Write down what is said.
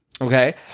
okay